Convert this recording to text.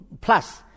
plus